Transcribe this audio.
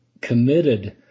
committed